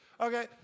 Okay